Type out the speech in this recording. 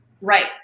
Right